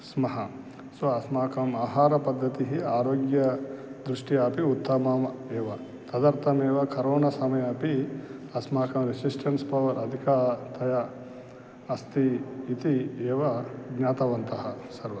स्मः सो अस्माकम् आहारपद्धतिः आरोग्यदृष्ट्या अपि उत्तमम् एव तदर्थमेव करोना समये अपि अस्माकं रेसिस्टेन्स् पवर् अधिकतया अस्ति इति एव ज्ञातवन्तः सर्वे